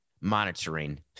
monitoring